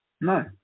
No